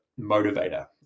motivator